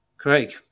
Craig